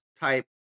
type